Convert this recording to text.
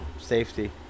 Safety